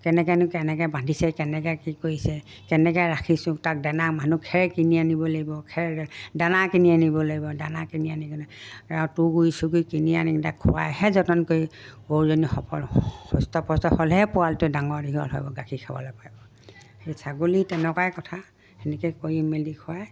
কেনেকেনো কেনেকৈ বান্ধিছে কেনেকৈ কি কৰিছে কেনেকৈ ৰাখিছোঁ তাক দানা মানুহ খেৰ কিনি আনিব লাগিব খেৰ দানা কিনি আনিব লাগিব দানা কিনি আনি কিনে আৰু তুঁহ গুৰি চুগুৰি কিনি আনি তাক খোৱাইহে যতন কৰি গৰুজনী শকত সুস্থ পস্থ হ'লেহে পোৱালিটো ডাঙৰ দীঘল হ'ব গাখীৰ খাবলে পাই সেই ছাগলী তেনেকুৱাই কথা তেনেকৈ কৰি মেলি খোৱাই